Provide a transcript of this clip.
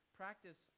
practice